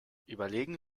überlegen